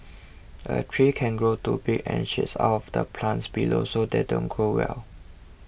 a tree can grow too big and shade out the plants below so they don't grow well